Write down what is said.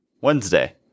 Wednesday